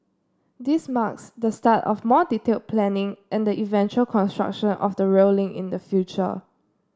this marks the start of more detail planning and the eventual construction of the rail link in the future